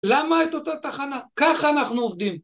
למה את אותה תחנה? ככה אנחנו עובדים.